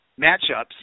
matchups